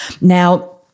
Now